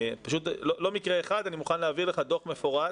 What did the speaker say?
זה לא מקרה אחד, אני מוכן להעביר אליך דוח מפורט